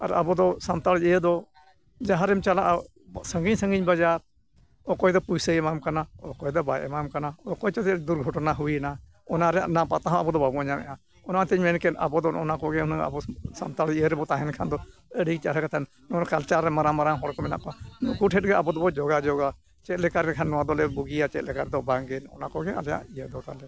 ᱟᱨ ᱟᱵᱚ ᱫᱚ ᱥᱟᱱᱛᱟᱲ ᱤᱭᱟᱹ ᱫᱚ ᱡᱟᱦᱟᱸ ᱨᱮᱢ ᱪᱟᱞᱟᱜᱼᱟ ᱥᱟᱺᱜᱤᱧ ᱥᱟᱺᱜᱤᱧ ᱵᱟᱡᱟᱨ ᱚᱠᱚᱭ ᱫᱚ ᱯᱚᱭᱥᱟᱭ ᱮᱢᱟᱢ ᱠᱟᱱᱟ ᱚᱠᱚᱭ ᱫᱚ ᱵᱟᱭ ᱮᱢᱟᱢ ᱠᱟᱱᱟ ᱚᱠᱚᱭ ᱪᱚ ᱪᱮᱫ ᱫᱩᱨᱜᱷᱚᱴᱚᱱᱟ ᱦᱩᱭᱱᱟ ᱚᱱᱟ ᱨᱮᱭᱟᱜ ᱱᱟ ᱯᱟᱛᱟ ᱦᱚᱸ ᱟᱵᱚ ᱫᱚ ᱵᱟᱵᱚᱱ ᱧᱟᱢᱮᱜᱼᱟ ᱚᱱᱟ ᱛᱤᱧ ᱢᱮᱱ ᱠᱮᱫ ᱟᱵᱚ ᱫᱚ ᱱᱚᱜᱼᱚ ᱱᱟ ᱠᱚᱜᱮ ᱟᱵᱚ ᱥᱟᱱᱛᱟᱲ ᱤᱭᱟᱹ ᱨᱮᱵᱚᱱ ᱛᱟᱦᱮᱱ ᱠᱷᱟᱱ ᱫᱚ ᱟᱹᱰᱤ ᱪᱮᱦᱨᱟ ᱠᱟᱛᱮᱫ ᱠᱟᱞᱪᱟᱨ ᱨᱮ ᱢᱟᱨᱟᱝ ᱢᱟᱨᱟᱝ ᱦᱚᱲ ᱠᱚ ᱢᱮᱱᱟᱜ ᱠᱚᱣᱟ ᱱᱩᱠᱩ ᱴᱷᱮᱱ ᱜᱮ ᱟᱵᱚ ᱫᱚᱵᱚ ᱡᱳᱜᱟᱡᱳᱜᱽᱼᱟ ᱪᱮᱫ ᱞᱮᱠᱟ ᱨᱮᱠᱷᱟᱱ ᱱᱚᱣᱟ ᱫᱚᱞᱮ ᱵᱩᱜᱤᱭᱟ ᱪᱮᱫ ᱞᱮᱠᱟ ᱛᱮᱫᱚ ᱵᱟᱝ ᱜᱮ ᱱᱚᱜᱼᱚᱱᱟ ᱠᱚᱜᱮ ᱟᱞᱮᱭᱟᱜ ᱤᱭᱟᱹ ᱫᱚ ᱛᱟᱞᱮ